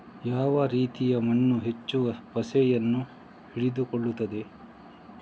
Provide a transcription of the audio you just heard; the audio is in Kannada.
ಯಾವ ರೀತಿಯ ಮಣ್ಣು ಹೆಚ್ಚು ಪಸೆಯನ್ನು ಹಿಡಿದುಕೊಳ್ತದೆ?